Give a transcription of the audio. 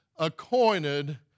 Acquainted